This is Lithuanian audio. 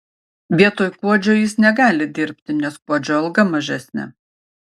vietoj kuodžio jis negali dirbti nes kuodžio alga mažesnė